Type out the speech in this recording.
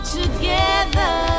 together